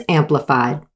amplified